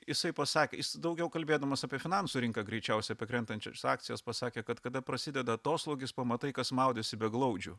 jisai pasakė jis daugiau kalbėdamas apie finansų rinką greičiausia apie krentančias akcijas pasakė kad kada prasideda atoslūgis pamatai kas maudėsi be glaudžių